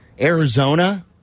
Arizona